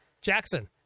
Jackson